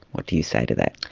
what do you say to that?